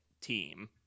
team